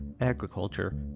agriculture